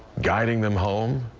guiding them home.